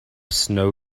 snow